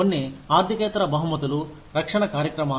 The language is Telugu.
కొన్ని ఆర్థికేతర బహుమతులు రక్షణ కార్యక్రమాలు